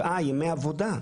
7 ימי עבודה,